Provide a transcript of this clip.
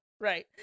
right